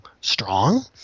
strong